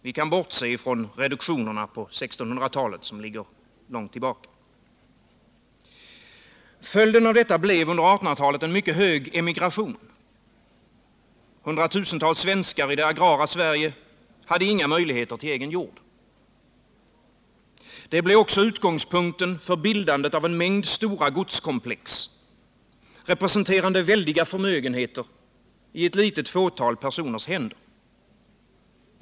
Vi kan bortse från reduktionerna på 1600-talet, som ligger långt tillbaka. Följden av detta blev under 1800-talet en mycket hög emigration — hundratusentals svenskar i det agrara Sverige hade inga möjligheter till egen jord. Det blev också utgångspunkten för bildandet av en mängd stora godskomplex, representerande väldiga förmögenheter i ett litet fåtal personers händer.